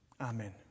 Amen